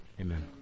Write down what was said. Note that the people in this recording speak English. Amen